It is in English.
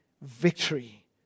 victory